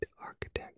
architect